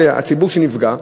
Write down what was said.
עם הציבור שנפגע,